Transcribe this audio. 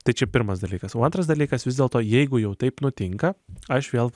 tačiau pirmas dalykas o antras dalykas vis dėlto jeigu jau taip nutinka aš vėl